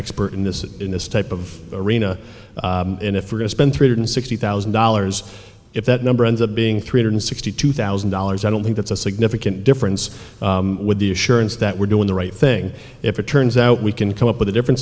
expert in this in this type of arena and if we're to spend three hundred sixty thousand dollars if that number ends up being three hundred sixty two thousand dollars i don't think that's a significant difference with the assurance that we're doing the right thing if it turns out we can come up with a different